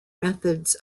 methods